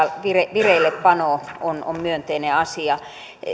vireillepano on on myönteinen asia